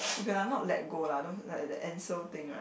okay lah not let go lah don't as in like the Ansell thing right